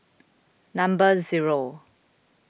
number zero